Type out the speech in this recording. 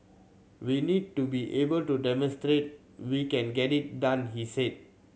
we need to be able to demonstrate we can get it done he said